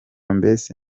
mbese